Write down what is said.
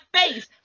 face